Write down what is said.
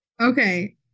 Okay